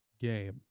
game